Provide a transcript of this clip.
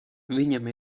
viņam